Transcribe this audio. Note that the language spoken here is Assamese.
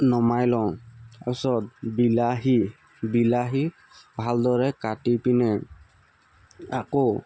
নমাই লওঁ পাছত বিলাহী বিলাহী ভালদৰে কাটিপিনে আকৌ